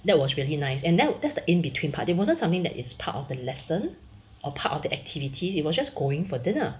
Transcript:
that was really nice and now that's the in between part it wasn't something that is part of the lesson or part of the activities it was just going for dinner